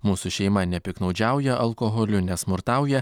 mūsų šeima nepiktnaudžiauja alkoholiu nesmurtauja